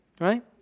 right